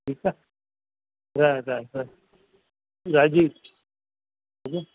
ठीकु आहे हा हा राजीव ठीकु आहे